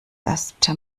erste